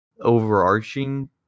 overarching